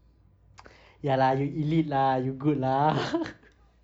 ya lah you elite lah you good lah